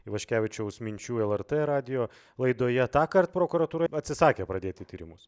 ivaškevičiaus minčių lrt radijo laidoje tąkart prokuratūra atsisakė pradėti tyrimus